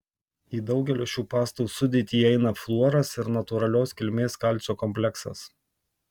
į daugelio šių pastų sudėtį įeina fluoras ir natūralios kilmės kalcio kompleksas